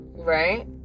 right